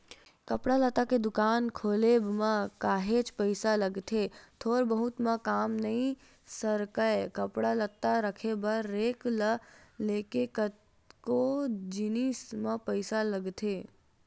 कपड़ा लत्ता के दुकान खोलब म काहेच पइसा लगथे थोर बहुत म काम नइ सरकय कपड़ा लत्ता रखे बर रेक ले लेके कतको जिनिस म पइसा लगथे